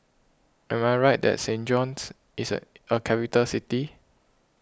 am I right that Saint John's is a capital city